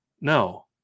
No